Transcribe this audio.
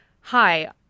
Hi